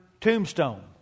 tombstone